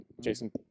Jason